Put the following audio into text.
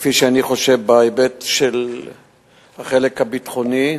כפי שאני חושב, בהיבט של החלק הביטחוני,